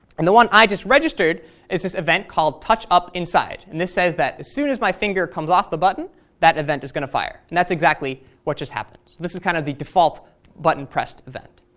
and the one i just registered is this event called touch up inside, and this says that as soon as my finger comes off the button that event is going to fire, and that's exactly what just happened. this is kind of the default button pressed event.